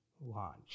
launch